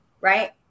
right